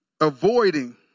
avoiding